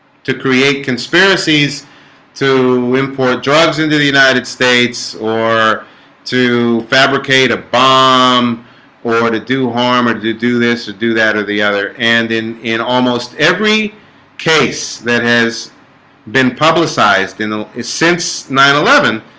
to create conspiracies to import drugs into the united states or to fabricate a bomb um or to do harm and to do this to do that or the other and in in almost every case that has been publicized in the since nine eleven